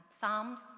Psalms